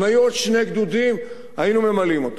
אם היו עוד שני גדודים, היינו ממלאים אותם.